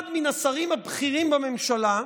אחד מן השרים הבכירים בממשלה,